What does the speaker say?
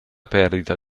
perdita